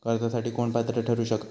कर्जासाठी कोण पात्र ठरु शकता?